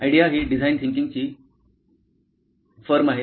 audio ही design थिंकिंगची firm आहे